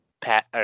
Pat